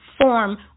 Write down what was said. form